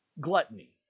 gluttony